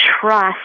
trust